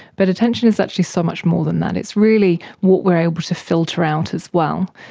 but attention is actually so much more than that, it's really what we are able to filter out as well.